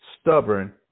stubborn